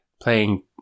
playing